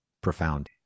profound